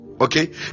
okay